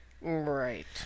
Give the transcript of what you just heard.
right